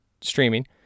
streaming